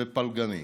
ופלגני.